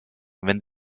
wenn